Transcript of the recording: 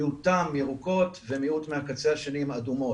מיעוטן ירוקות ומיעוט מהקצה השני הן אדומות,